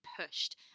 pushed